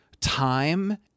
time